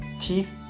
teeth